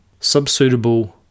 subsuitable